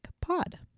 pod